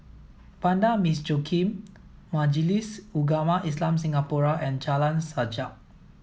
Vanda Miss Joaquim Majlis Ugama Islam Singapura and Jalan Sajak